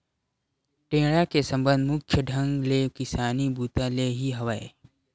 टेंड़ा के संबंध मुख्य ढंग ले किसानी बूता ले ही हवय